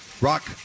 Rock